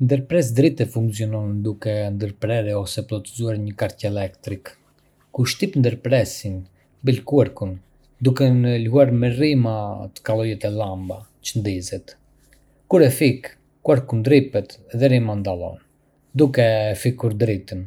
Një ndërprerës drite funksionon duke ndërprerë ose plotësuar një qark elektrik. Kur shtyp ndërprerësin, mbyll qarkun, duke lejuar që rryma të kalojë te llamba, që ndizet. Kur e fik, qarku ndërpritet dhe rryma ndalon, duke fikur dritën.